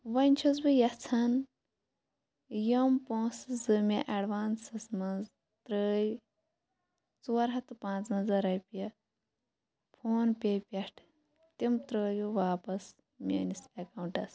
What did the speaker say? وۄنۍ چھَس بہٕ یژھان یِم پونٛسہٕ زٕ مےٚ ایٚڈوانسَس مَنٛز ترٛٲو ژور ہَتھ تہٕ پانٛژٕ وَنٛزاہ رۄپیہِ فون پیے پیٚٹھٕ تِم ترٛٲوِو واپَس میٛٲنِس ایٚکَونٹَس